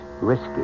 risky